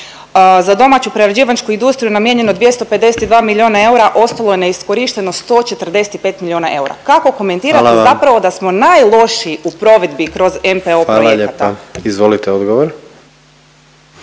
Za domaću prerađivačku industriju namijenjeno je 252 milijona eura, ostalo je neiskorišteno 145 milijona eura. Kako komentirate zapravo da smo najlošiji … …/Upadica predsjednik: Hvala./… … u provedbi